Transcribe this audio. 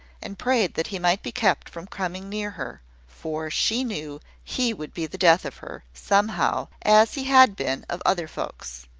and prayed that he might be kept from coming near her for she knew he would be the death of her, somehow, as he had been of other folks.